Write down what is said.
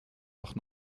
auch